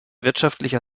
wirtschaftlicher